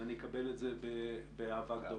ואני אקבל את זה באהבה גדולה.